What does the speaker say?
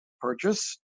purchase